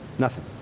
nothing.